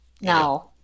no